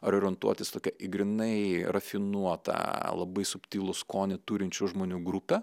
ar orientuotis tokia į grynai rafinuotą labai subtilų skonį turinčių žmonių grupę